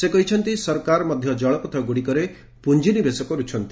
ସେ କହିଛନ୍ତି ସରକାର ମଧ୍ୟ ଜଳପଥଗୁଡ଼ିକରେ ପୁଞ୍ଜିନିବେଶ କରୁଛନ୍ତି